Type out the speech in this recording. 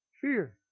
fear